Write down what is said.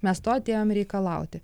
mes to atėjom reikalauti